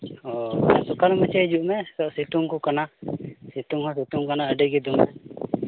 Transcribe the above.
ᱚᱻ ᱦᱤᱡᱩᱜ ᱠᱷᱟᱱ ᱯᱟᱪᱮᱫ ᱦᱤᱡᱩᱜ ᱢᱮ ᱥᱤᱛᱩᱝ ᱠᱚ ᱠᱟᱱᱟ ᱥᱤᱛᱩᱝ ᱦᱚᱸ ᱥᱤᱛᱩᱝ ᱠᱟᱱᱟ ᱟᱹᱰᱤᱜᱮ ᱫᱚᱢᱮ